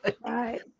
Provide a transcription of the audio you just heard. Right